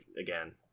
again